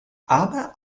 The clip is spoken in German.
aber